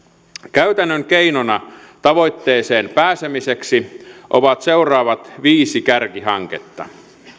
käytännön keinona tavoitteeseen pääsemiseksi ovat seuraavat viisi kärkihanketta